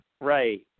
Right